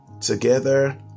together